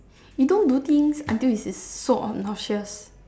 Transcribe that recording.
you don't do things until is so obnoxious